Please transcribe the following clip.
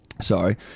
Sorry